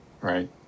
Right